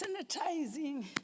sanitizing